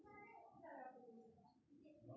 खाद छिड़काव मसीन मानव जीवन म बहुत उपयोगी होलो छै